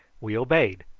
we obeyed,